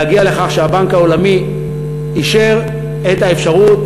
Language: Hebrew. להגיע לכך שהבנק העולמי אישר את האפשרות